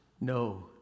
no